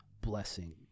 blessing